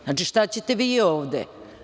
Znači, šta ćete vi ovde?